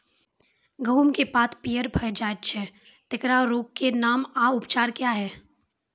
गेहूँमक पात पीअर भअ जायत छै, तेकरा रोगऽक नाम आ उपचार क्या है?